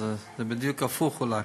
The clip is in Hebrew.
אז זה בדיוק הפוך אולי.